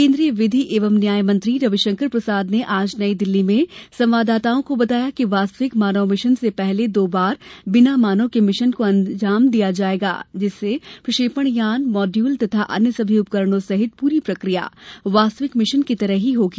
केंद्रीय विधि एवं न्याय मंत्री रविशंकर प्रसाद ने आज नई दिल्ली में संवाददाताओं को बताया कि वास्तविक मानव मिशन से पहले दो बार बिना मानव के मिशन को अंजाम दिया जायेगा जिनमें प्रक्षेपण यान मॉड्यूल तथा अन्य सभी उपकरणों सहित पूरी प्रक्रिया वास्तविक मिशन की तरह ही होगी